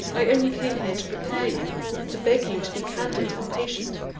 i only came here to prepare you to beg you to be candid and patient.